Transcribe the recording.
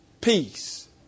Peace